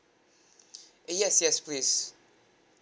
eh yes yes please